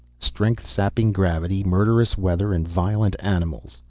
strength-sapping gravity, murderous weather, and violent animals.